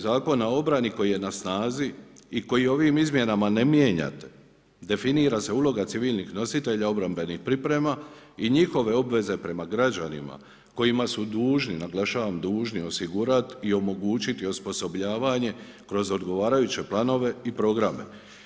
Zakona o obrani koji je na snazi i koje ovim izmjenama ne mijenjate definira se uloga civilnih nositelja obrambenih priprema i njihove obveze prema građanima kojima su dužni, naglašavam dužni osigurati i omogućiti osposobljavanje kroz odgovarajuće planove i programe.